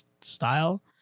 style